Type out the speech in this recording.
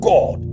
God